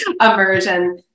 Immersion